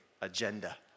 agenda